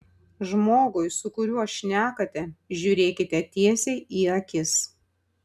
žmogui su kuriuo šnekate žiūrėkite tiesiai į akis